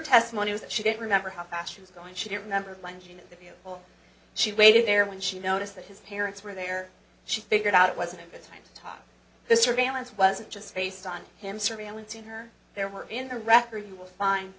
testimony was that she didn't remember how fast she was going she didn't remember lunging if you will she waited there when she noticed that his parents were there she figured out it wasn't it's time to talk the surveillance wasn't just based on him surveillance on her there were in the record you will find